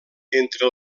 entre